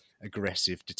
aggressive